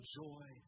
joy